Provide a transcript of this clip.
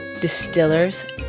distillers